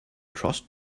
trust